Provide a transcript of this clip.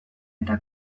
eta